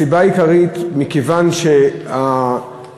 הסיבה העיקרית, מכיוון שהתועלת